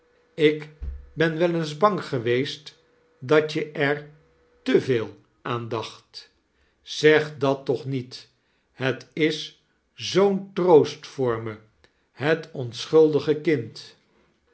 ik ben wel eens bang geweest dat je er te veel aan daoht zeg dat toch niet het is zoo'n troost voor me het onschuldige kind